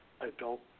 adult